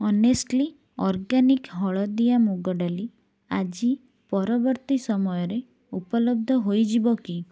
honestly organic ହଳଦିଆ ମୁଗ ଡାଲି ଆଜି ପରବର୍ତ୍ତୀ ସମୟରେ ଉପଲବ୍ଧ ହୋଇଯିବ କି